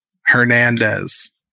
Hernandez